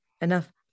Enough